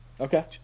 Okay